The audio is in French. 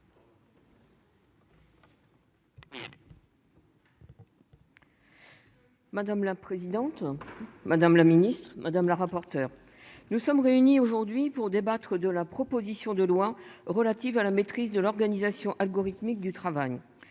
Madame la présidente. Madame la ministre madame la rapporteure. Nous sommes réunis aujourd'hui pour débattre de la proposition de loi relative à la maîtrise de l'organisation algorithmique du travail.